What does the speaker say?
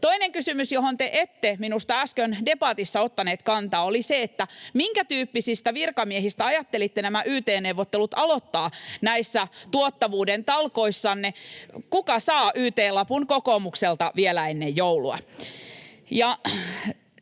Toinen kysymys, johon te ette minusta äsken debatissa ottaneet kantaa, oli se, minkätyyppisistä virkamiehistä ajattelitte nämä yt-neuvottelut aloittaa näissä tuottavuuden talkoissanne. Kuka saa yt-lapun kokoomukselta vielä ennen joulua?